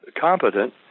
competent